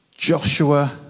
Joshua